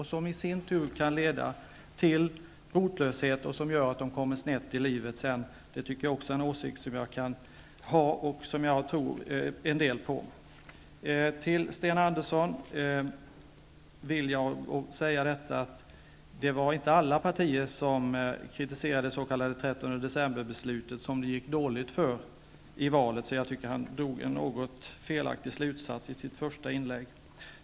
Det kan i sin tur leda till rotlöshet som sedan kan göra att de kommer snett i livet. Det var inte alla partier som kritiserade det s.k. 13 december-beslutet, Sten Andersson i Malmö, som det gick dåligt för i valet. Han drog en något felaktig slutsats i sitt första inlägg.